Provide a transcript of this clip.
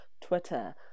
Twitter